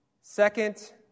Second